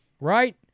right